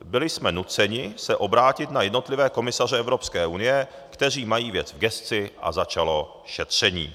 Byli jsme nuceni se obrátit na jednotlivé komisaře Evropské unie, kteří mají věc v gesci, a začalo šetření.